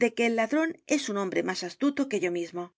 de que el ladrón es un hombre más astuto que yo mismo me